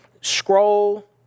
scroll